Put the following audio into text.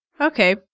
Okay